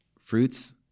fruits